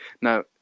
Now